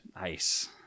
Nice